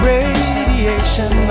Radiation